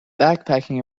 backpacking